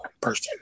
person